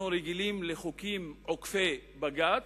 אנחנו רגילים לחוקים עוקפי בג"ץ,